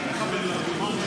רק זכות לדבר שקרים.